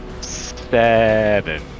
seven